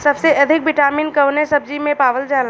सबसे अधिक विटामिन कवने सब्जी में पावल जाला?